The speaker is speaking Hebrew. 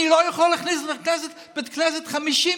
אני לא יכול להכניס לבית כנסת 50,